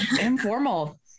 informal